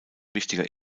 wichtiger